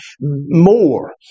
more